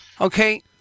Okay